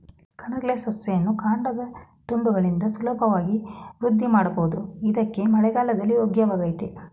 ಕಣಗಿಲೆ ಸಸ್ಯವನ್ನು ಕಾಂಡದ ತುಂಡುಗಳಿಂದ ಸುಲಭವಾಗಿ ವೃದ್ಧಿಮಾಡ್ಬೋದು ಇದ್ಕೇ ಮಳೆಗಾಲ ಯೋಗ್ಯವಾಗಯ್ತೆ